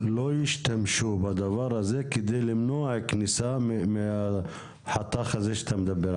שלא ישתמשו בדבר הזה כדי למנוע כניסה מהחתך הזה עליו אתה מדבר.